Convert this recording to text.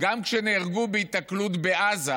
גם כשנהרגו בהיתקלות בעזה,